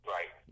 Right